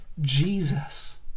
Jesus